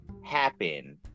happen